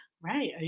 Right